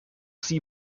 sie